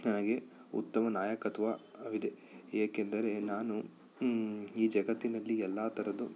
ನನಗೆ ಉತ್ತಮ ನಾಯಕತ್ವ ವಿದೆ ಏಕೆಂದರೆ ನಾನು ಈ ಜಗತ್ತಿನಲ್ಲಿ ಎಲ್ಲ ಥರದ್ದು